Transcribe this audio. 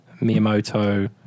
Miyamoto